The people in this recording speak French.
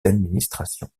d’administration